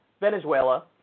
Venezuela